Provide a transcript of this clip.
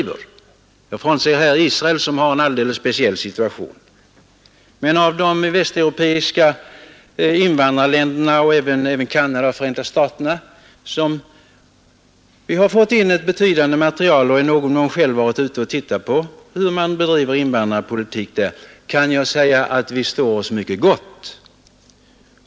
Jag bortser här från Israel, som har en alldeles speciell situation, men i jämförelse med de västeuropeiska invandrarländerna och även med Canada och Förenta staterna — vi har fått in ett betydande material och har i någon mån själva varit ute och tittat på hur man bedriver invandrarpolitiken där — kan jag säga att vi står oss mycket gott.